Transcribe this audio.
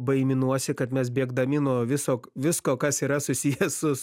baiminuosi kad mes bėgdami nuo viso visko kas yra susiję su